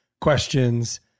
questions